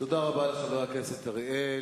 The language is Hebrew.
תודה רבה לחבר הכנסת אריאל.